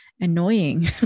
annoying